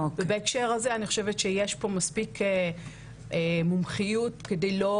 בהקשר הזה אני חושבת שיש פה מספיק מומחיות כדי לא